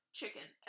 chicken